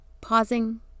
pausing